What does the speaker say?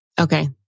Okay